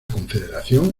confederación